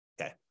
Okay